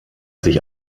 sich